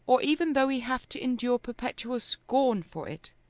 or even though he have to endure perpetual scorn for it,